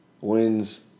wins